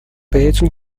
بهتون